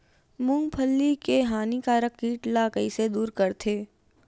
मूंगफली के हानिकारक कीट ला कइसे दूर करथे?